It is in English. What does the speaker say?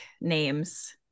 names